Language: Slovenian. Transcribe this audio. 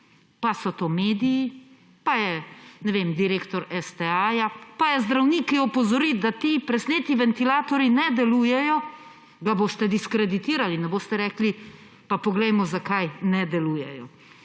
Pa so to mediji, pa je, ne vem, direktor STA-ja, pa je zdravnik, ki opozori, da ti presneti ventilatorji ne delujejo – ga boste diskreditirali! Ne boste rekli, pa poglejmo, zakaj ne delujejo.